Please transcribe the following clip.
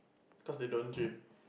cause they don't gym